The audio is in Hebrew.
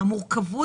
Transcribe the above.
המתמחים,